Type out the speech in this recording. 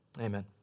Amen